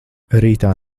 rītā